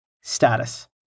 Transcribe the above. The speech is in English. Status